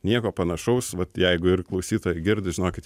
nieko panašaus vat jeigu ir klausytojai girdi žinokit